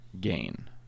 gain